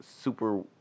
super